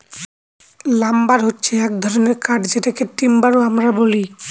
lumber হছে এক ধরনের কাঠ যেটাকে টিম্বার ও আমরা বলি